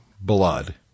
blood